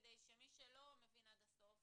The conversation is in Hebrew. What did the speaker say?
כדי שמי שלא מבין עד הסוף